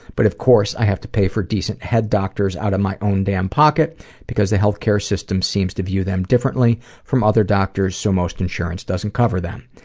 but of course, i have to pay for decent head doctors out of my own damn pocket because the health care system seems to view them differently from other doctors, so most insurance doesn't cover them.